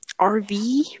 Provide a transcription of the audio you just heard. RV